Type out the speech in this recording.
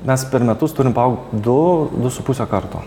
mes per metus turim paaugt du du su puse karto